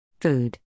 Food